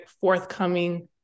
forthcoming